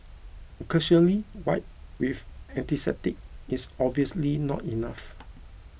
a cursory wipe with antiseptic is obviously not enough